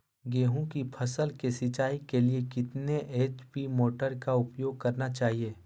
गेंहू की फसल के सिंचाई के लिए कितने एच.पी मोटर का उपयोग करना चाहिए?